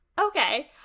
okay